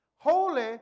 holy